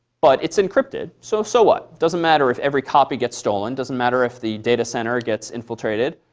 but it's encrypted. so so what? doesn't matter if every copy gets stolen, doesn't matter if the data center gets infiltrated,